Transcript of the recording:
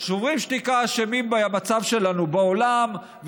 שוברים שתיקה אשמים במצב שלנו בעולם,